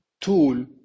tool